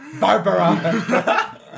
Barbara